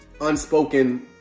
unspoken